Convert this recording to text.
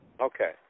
Okay